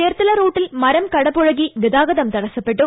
ചേർത്തല റൂട്ടിൽ മരം കടപൂഴകി ഗതാഗതം തടസ്സപ്പെട്ടു